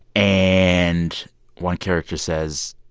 and one character says,